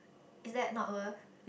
is that not worth